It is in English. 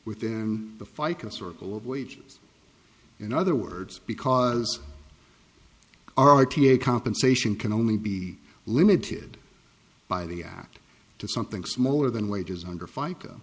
within the fica circle of wages in other words because r t a compensation can only be limited by the act to something smaller than wages under fica